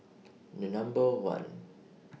The Number one